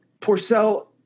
porcel